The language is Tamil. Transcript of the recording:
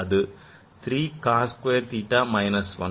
அது three cos square theta minus 1